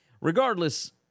Regardless